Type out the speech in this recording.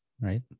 right